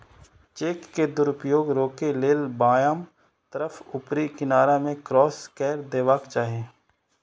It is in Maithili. चेक के दुरुपयोग रोकै लेल बायां तरफ ऊपरी किनारा मे क्रास कैर देबाक चाही